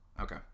Okay